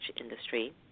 industry